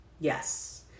Yes